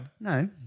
No